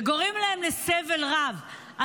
וגורם להם סבל רב.